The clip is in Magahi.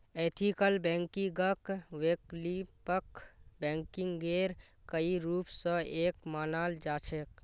एथिकल बैंकिंगक वैकल्पिक बैंकिंगेर कई रूप स एक मानाल जा छेक